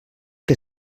que